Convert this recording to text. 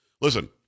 Listen